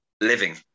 living